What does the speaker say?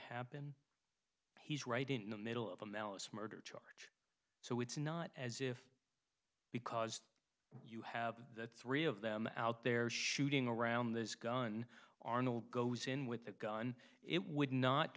happen he's right in the middle of a malice murder charge so it's not as if because you have three of them out there shooting around this gun arnold goes in with a gun it would not